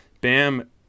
Bam